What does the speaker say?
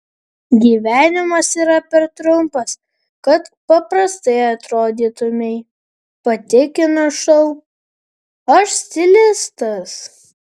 gyvenimas yra per trumpas kad prastai atrodytumei patikina šou aš stilistas